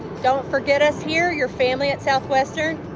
don't forget us here, your family at southwestern.